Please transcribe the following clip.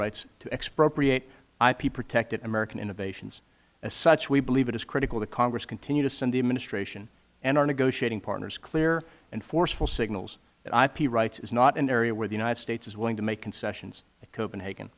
rights to expropriate ip protected american innovations as such we believe it is critical that congress continue to send the administration and our negotiating partners clear and forceful signals that ip rights is not an area where the united states is willing to make concessions in copenhagen